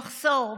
למחסור,